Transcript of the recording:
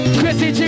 Chrissy